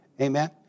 amen